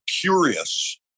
curious